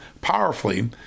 powerfully